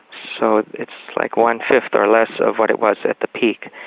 so it's like one-fifth or less of what it was at the peak.